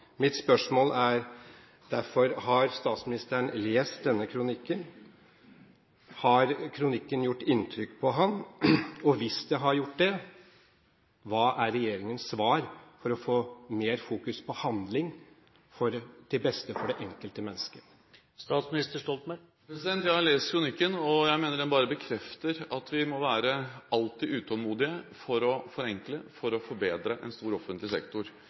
Mitt spørsmål er derfor: Har statsministeren lest denne kronikken? Har kronikken gjort inntrykk på ham? Og hvis den har gjort det: Hva er regjeringens svar for å få mer fokus på handling til beste for det enkelte mennesket? Jeg har lest kronikken, og jeg mener den bare bekrefter at vi alltid må være utålmodige for å forenkle, for å forbedre en stor offentlig sektor.